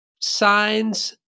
signs